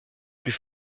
plus